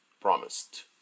promised